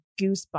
goosebumps